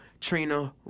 Trina